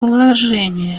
положение